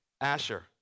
Asher